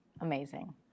Amazing